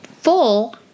full